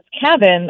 cabin